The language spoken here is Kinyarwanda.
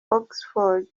oxford